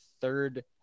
third